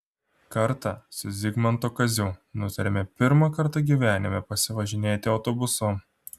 kartą su zigmanto kaziu nutarėme pirmą kartą gyvenime pasivažinėti autobusu